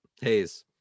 Hayes